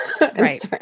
Right